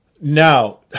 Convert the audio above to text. Now